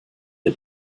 der